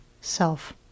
self